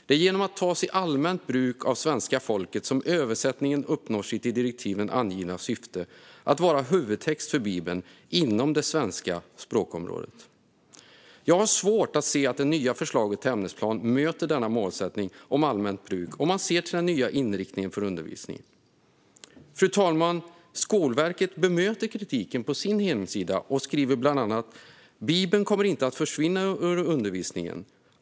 Det är genom att tas i allmänt bruk av svenska folket som översättningen uppnår sitt i direktiven angivna syfte: att vara huvudtext för Bibeln inom det svenska språkområdet. Jag har svårt att se att det nya förslaget till ämnesplan möter denna målsättning om allmänt bruk om man ser till den nya inriktningen för undervisningen. Fru talman! Skolverket bemöter kritiken på sin hemsida och skriver bland annat: Bibeln kommer inte att försvinna ur undervisningen.